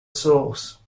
source